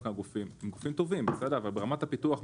דווקא גופים הם גופים טובים אבל ברמת הפיתוח,